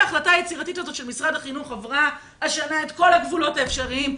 ההחלטה היצירתית הזאת של משרד החינוך עברה השנה את כל הגבולות האפשריים,